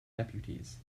deputies